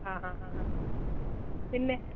ആ ഹാ ഹാ ഹാ പിന്നെ